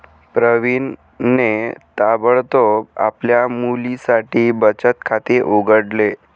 प्रवीणने ताबडतोब आपल्या मुलीसाठी बचत खाते उघडले